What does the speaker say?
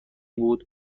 بود